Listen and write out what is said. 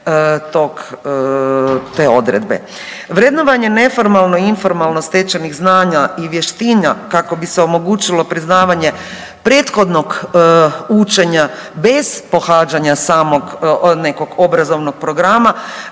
Vrednovanje neformalno i informalno stečenih znanja i vještina kako bi se omogućilo priznavanje prethodnog učenja bez pohađanja samog nekog obrazovnog programa